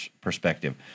perspective